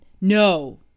no